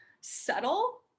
subtle